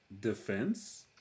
Defense